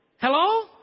Hello